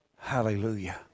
Hallelujah